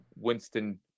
Winston